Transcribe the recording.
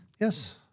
Yes